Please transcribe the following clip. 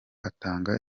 atanga